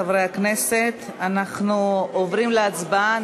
חברי הכנסת, אנחנו עברים להצבעה.